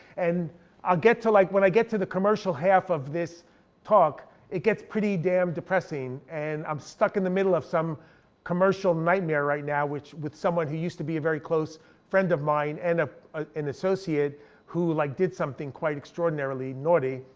and i'll get to, like when i get to the commercial half of this talk it gets pretty damn depressing. and i'm stuck in the middle of some commercial nightmare right now with someone who used to be a very close friend of mine, and ah ah an associate who like did something quite extraordinarily naughty,